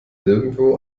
nirgendwo